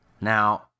Now